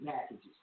packages